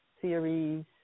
series